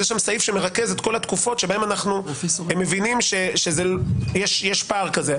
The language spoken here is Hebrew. אז יש שם סעיף שמרכז את כל התקופות שבהן אנחנו מבינים שיש פער כזה.